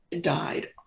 died